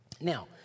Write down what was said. Now